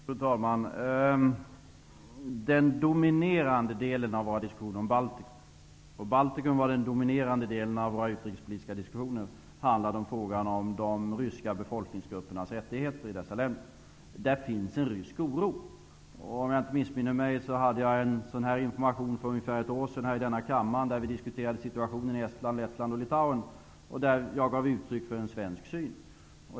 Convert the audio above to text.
Fru talman! Den dominerande delen av våra diskussioner om Baltikum -- och Baltikum var den dominerande delen av våra utrikespolitiska diskussioner -- handlade om de ryska befolkningsgruppernas rättigheter i dessa länder. Där finns en rysk oro. Om jag inte missminner mig, gav jag för ungefär ett år sedan här i kammaren en information, då vi diskuterade situationen i Estland, Lettland och Litauen och där jag gav uttryck för en svensk syn.